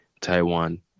taiwan